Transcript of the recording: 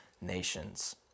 nations